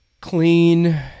clean